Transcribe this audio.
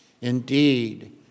Indeed